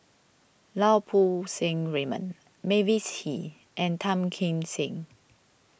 Lau Poo Seng Raymond Mavis Hee and Tan Kim Seng